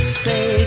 say